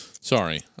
Sorry